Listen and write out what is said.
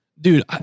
Dude